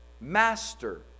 Master